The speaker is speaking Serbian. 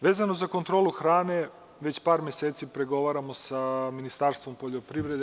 Vezano za kontrolu hrane, već par meseci pregovaramo sa Ministarstvom poljoprivrede.